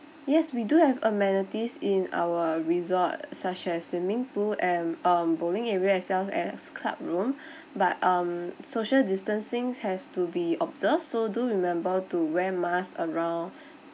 yes we do have amenities in our resort such as swimming pool and um bowling area as well as club room but um social distancings have to be observed so do remember to wear mask around